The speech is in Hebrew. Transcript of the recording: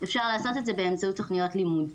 אפשר לעשות את זה באמצעות תוכניות לימוד.